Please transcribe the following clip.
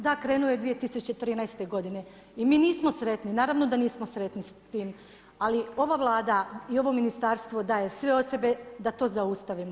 Da, krenuo je 2013. godine i mi nismo sretni, naravno da nismo sretni s tim ali ova Vlada i ovo ministarstvo daje sve od sebe da to zaustavimo.